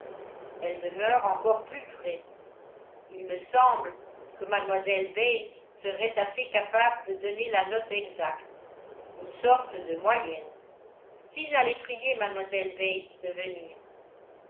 elle demeure encore plus près il me semble que mlle bates serait assez capable de donner la note exacte une sorte de moyenne si j'allais prier